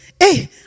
Hey